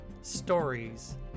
stories